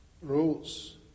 rules